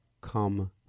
come